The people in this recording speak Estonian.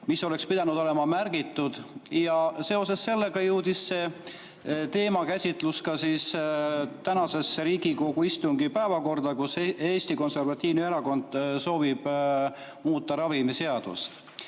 mis oleks pidanud olema märgitud. Seoses sellega jõudis see teemakäsitlus ka tänasesse Riigikogu istungi päevakorda, sest Eesti Konservatiivne [Rahva]erakond soovib muuta ravimiseadust.